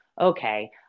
okay